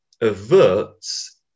averts